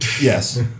Yes